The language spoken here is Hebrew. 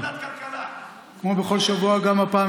כמו בכל שבוע,